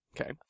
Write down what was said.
okay